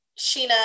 Sheena